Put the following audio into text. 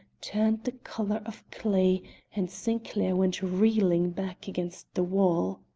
turned the color of clay and sinclair went reeling back against the wall.